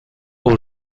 aux